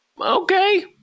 okay